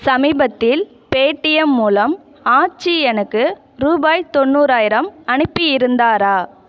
சமீபத்தில் பேடீஎம் மூலம் ஆச்சி எனக்கு ரூபாய் தொண்ணூறாயிரம் அனுப்பியிருந்தாரா